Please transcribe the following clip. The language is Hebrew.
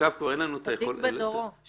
צדיק בדורו.